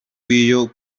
w’iyo